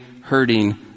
hurting